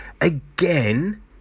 again